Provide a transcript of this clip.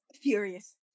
furious